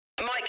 Mike